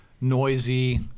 noisy